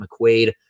McQuaid